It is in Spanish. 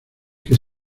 que